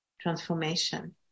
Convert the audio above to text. transformation